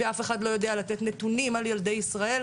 שאף אחד לא יודע לתת נתונים על ילדי ישראל,